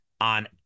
on